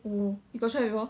omo you got try before